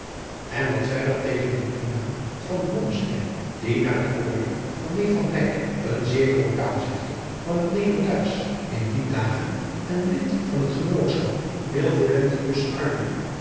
en wat verder tegen den toenaam van blommesteyn die naar het oordeel van neef van dyk een zeer groot taalzifter van het nederduitsch in die dagen en lid van het genootschap nil volentibus arduum